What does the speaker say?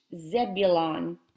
Zebulon